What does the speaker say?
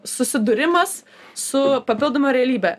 susidūrimas su papildoma realybe